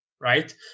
right